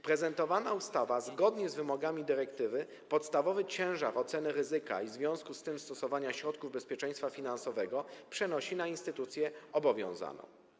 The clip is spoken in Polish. Prezentowana ustawa zgodnie z wymogami dyrektywy podstawowy ciężar oceny ryzyka i w związku z tym stosowania środków bezpieczeństwa finansowego przenosi na instytucję obowiązaną.